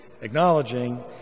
acknowledging